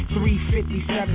357